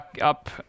up